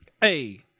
hey